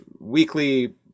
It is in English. weekly